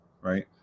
right